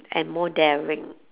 and more daring